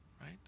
Right